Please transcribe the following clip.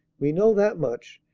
we know that much,